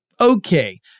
Okay